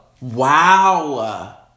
Wow